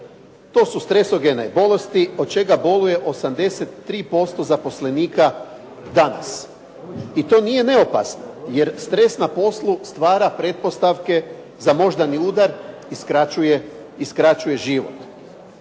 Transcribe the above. To su stresogene bolesti od čega boluje 83% zaposlenika danas. I to nije neopasno jer stres na poslu stvara pretpostavke za moždani udar i skraćuje život.